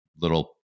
little